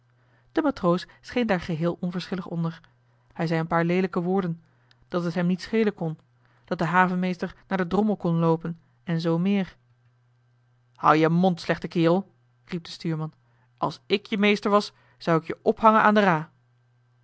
de matroos scheen daar geheel onverschillig onder hij zei een paar leelijke woorden dat t hem niet joh h been paddeltje de scheepsjongen van michiel de ruijter schelen kon dat de havenmeester naar den drommel kon loopen en zoo meer houd je mond slechte kerel riep de stuurman als ik je meester was zou ik je ophangen aan de ra